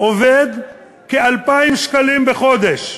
עובד כ-2,000 שקלים בחודש,